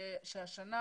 שהשנה